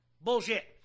Bullshit